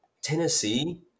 Tennessee